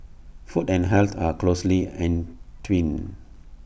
food and health are closely entwined